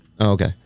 Okay